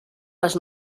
les